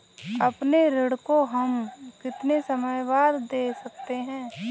अपने ऋण को हम कितने समय बाद दे सकते हैं?